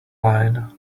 line